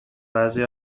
بعضی